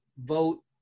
vote